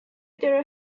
there